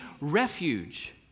refuge